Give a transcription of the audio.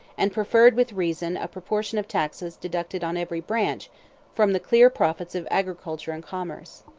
and preferred with reason a proportion of taxes deducted on every branch from the clear profits of agriculture and commerce.